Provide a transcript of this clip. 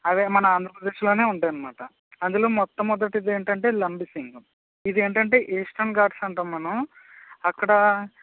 అవి మన ఆంధ్రప్రదేశ్లో ఉంటాయి అన్నమాట అందులో మొట్ట మొదటిది ఏంటంటే లంబసింగి ఇది ఏంటంటే ఈస్టర్న్ ఘాట్స్ అంటాం మనం అక్కడ